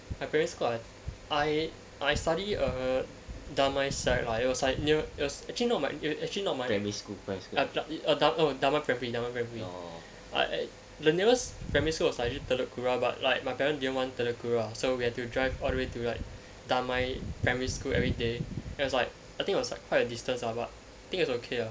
my primary school ah I I study err damai sec lah it was like near it was actually not my it was actually not my ah err ah da~ oh damai primary damai primary ah err the nearest primary school was like telok kurau but like my parents did not want like telok kurau so we had to drive all the way to like damai primary everyday it was like I think it was like quite a distance ah but I think it was okay ah